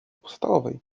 podstawowej